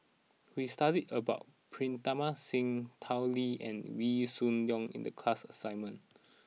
we studied about Pritam Singh Tao Li and Wee Shoo Leong in the class assignment